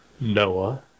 Noah